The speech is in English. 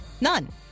None